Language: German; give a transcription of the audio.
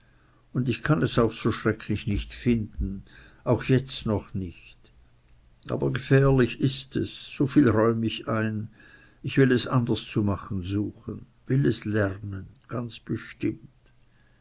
und ich kann es auch so schrecklich nicht finden auch jetzt noch nicht aber gefährlich ist es so viel räum ich ein und ich will es anders zu machen suchen will es lernen ganz bestimmt